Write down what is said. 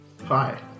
Hi